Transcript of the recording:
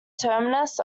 terminus